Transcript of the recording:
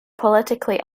politically